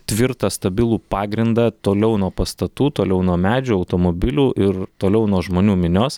tvirtą stabilų pagrindą toliau nuo pastatų toliau nuo medžių automobilių ir toliau nuo žmonių minios